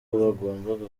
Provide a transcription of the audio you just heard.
bagombaga